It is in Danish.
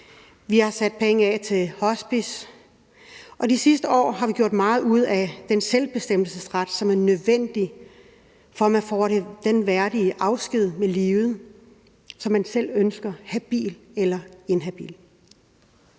vi har sat penge af til hospice, og de sidste år har vi gjort meget ud af den selvbestemmelsesret, som er nødvendig, for at man får den værdige afsked med livet, som man selv ønsker –habil eller inhabil.